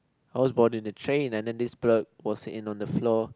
I was board in the train and then this pervert was sit in on the floor